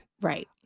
Right